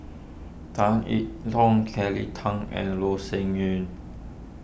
Tan E Tong Kelly Tang and Loh Sin Yun